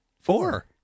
Four